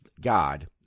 God